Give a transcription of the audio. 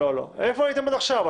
איפה הייתם עד עכשיו?